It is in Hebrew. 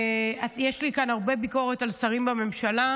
יש לי כאן הרבה ביקורת על שרים בממשלה,